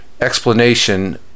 explanation